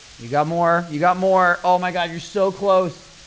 you got more, you got more oh my god you're so close!